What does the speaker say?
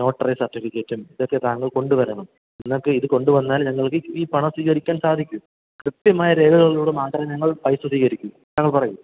notary സർട്ടിഫിക്കറ്റും ഇതൊക്കെ താങ്കൾ കൊണ്ടുവരണം ഇന്നൊക്കെ ഇത് കൊണ്ടുവന്നാൽ ഞങ്ങൾക്ക് ഈ പണം സ്വീകരിക്കാൻ സാധിക്കൂ കൃത്യമായ രേഖകളിലൂടെ മാത്രമേ ഞങ്ങൾ പൈസ സ്വീകരിക്കൂ താങ്കൾ പറയൂ